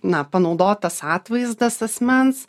na panaudotas atvaizdas asmens